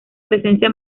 presencia